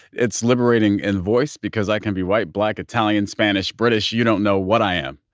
it's liberating in voice because i can be white, black, italian, spanish, british. you don't know what i am.